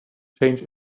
change